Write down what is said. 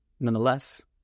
nonetheless